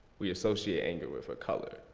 we associate anger with a color,